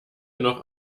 noch